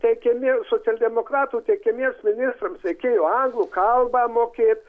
teikiami socialdemokratų teikiamiems ministrams reikėjo anglų kalbą mokėt